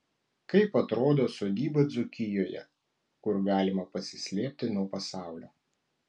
kaip atrodo sodyba dzūkijoje kur galima pasislėpti nuo pasaulio